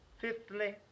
Fifthly